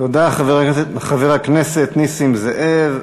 תודה לחבר הכנסת נסים זאב.